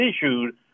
issued